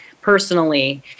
personally